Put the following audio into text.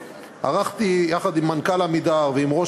וערכתי יחד עם מנכ"ל "עמידר" ועם ראש